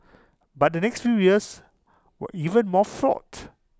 but the next few years were even more fraught